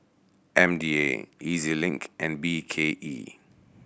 M D A E Z Link and B K E